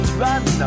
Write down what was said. run